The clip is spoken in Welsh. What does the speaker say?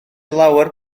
lawer